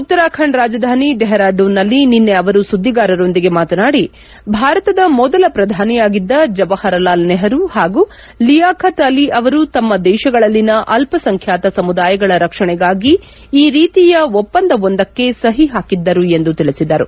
ಉತ್ತರಾಖಂಡ್ ರಾಜಧಾನಿ ಡೆಹ್ರಾಡೂನ್ನಲ್ಲಿ ನಿನ್ನೆ ಅವರು ಸುದ್ವಿಗಾರರೊಂದಿಗೆ ಮಾತನಾಡಿ ಭಾರತದ ಮೊದಲ ಪ್ರಧಾನಿಯಾಗಿದ್ದ ಜವಾಹರಲಾಲ್ ನೆಹರು ಹಾಗೂ ಲಿಯಾಖತ್ ಅಲಿ ಅವರು ತಮ್ಮ ದೇತಗಳಲ್ಲಿನ ಅಲ್ಪಸಂಖ್ಯಾತ ಸಮುದಾಯಗಳ ರಕ್ಷಣೆಗಾಗಿ ಈ ರೀತಿಯ ಒಪ್ಪಂದವೊಂದಕ್ಕೆ ಸಹಿ ಹಾಕಿದ್ದರು ಎಂದು ತಿಳಿಸಿದರು